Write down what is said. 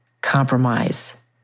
Compromise